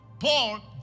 Paul